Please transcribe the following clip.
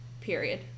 period